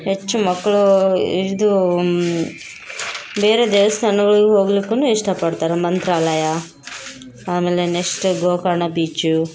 ಹೆಚ್ಚು ಮಕ್ಕಳು ಇದು ಬೇರೆ ದೇವಸ್ಥಾನಗಳಿಗೂ ಹೋಗ್ಲಿಕ್ಕೂ ಇಷ್ಟಪಡ್ತಾರೆ ಮಂತ್ರಾಲಯ ಆಮೇಲೆ ನೆಕ್ಸ್ಟ್ ಗೋಕರ್ಣ ಬೀಚು